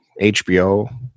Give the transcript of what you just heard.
HBO